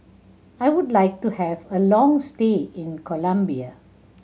I would like to have a long stay in Colombia